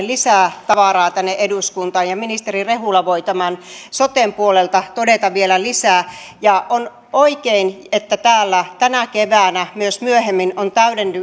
lisää tavaraa tänne eduskuntaan ja ministeri rehula voi tämän soten puolelta todeta vielä lisää on oikein että täällä tänä keväänä myös myöhemmin on